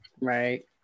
Right